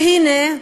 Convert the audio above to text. והנה,